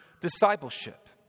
discipleship